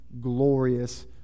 glorious